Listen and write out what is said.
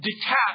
detach